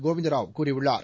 கோவிந்த ராவ் கூறியுள்ளார்